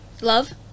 love